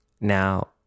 Now